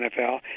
nfl